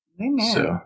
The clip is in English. Amen